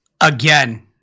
Again